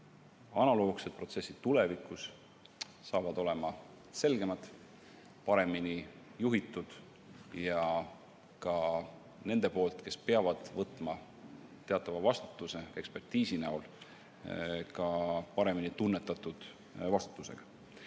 analoogsed protsessid tulevikus saavad olema selgemad, paremini juhitud ja nende poolt, kes peavad võtma teatava vastutuse ekspertiisi näol, ka paremini tunnetatud vastutusega.